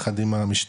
יחד עם המשטרה